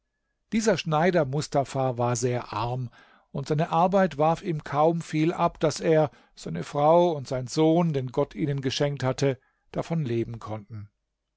dieser schneider mustafa war sehr arm und seine arbeit warf ihm kaum viel ab daß er seine frau und sein sohn den gott ihnen geschenkt hatte davon leben konnten